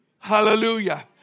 Hallelujah